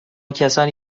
کسانی